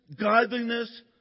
godliness